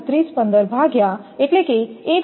3215 ભાગ્યા 1